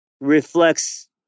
Reflects